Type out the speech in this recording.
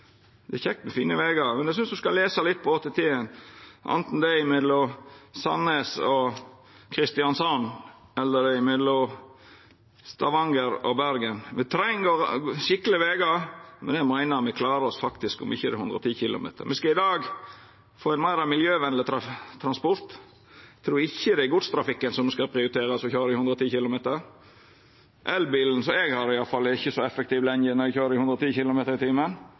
Det er kjekt med fine vegar, men eg synest ein skal lesa litt om ÅDT-en, anten det er mellom Sandnes og Kristiansand, eller det er mellom Stavanger og Bergen. Me treng skikkelege vegar, men eg meiner me faktisk klarar oss om det ikkje er 110 km/t. Me skal i dag få meir miljøvenleg transport. Eg trur ikkje det er godstrafikken me skal prioritera skal køyra i 110 km/t. Elbilen – i alle fall den eg har – er ikkje så effektiv lenger når eg køyrer i 110 km/t.